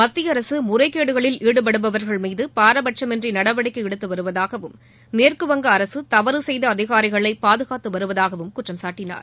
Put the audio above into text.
மத்திய அரசு முறைகேடுகளில் ஈடுபடுபவர்கள் மீது பாரபட்சமின்றி நடவடிக்கை எடுத்து வருவதாகவும் மேற்குவங்க அரசு தவறு செய்த அதிகாரிகளை பாதுகாத்து வருவதாகவும் குற்றம்சாட்டினார்